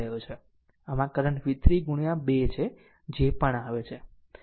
આમ current v3 ગુણ્યા 2 છે જે પણ આવે છે